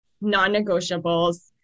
non-negotiables